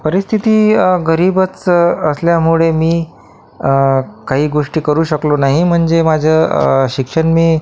परिस्थिती गरीबच असल्यामुळे मी काही गोष्टी करू शकलो नाही म्हणजे माझं शिक्षण मी